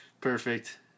Perfect